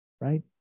right